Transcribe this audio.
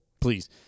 Please